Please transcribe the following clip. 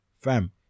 fam